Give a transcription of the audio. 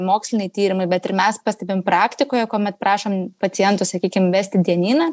moksliniai tyrimai bet ir mes pastebim praktikoje kuomet prašom pacientus sakykim vesti dienyną